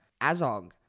Azog